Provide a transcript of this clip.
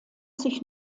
sich